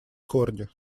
корни